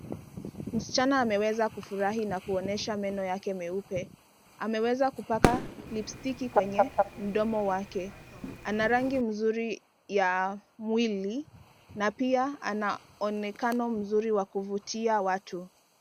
Msichana ameweza kufurahi na kuonyesha meno yake meupe. Ameweza kupaka lipstiki kwenye mdomo wake. Ana rangi mzuri ya mwili na pia anaonekano mzuri wa kuvutia watu.